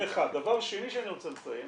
דבר שני שאני רוצה לציין